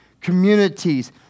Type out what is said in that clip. communities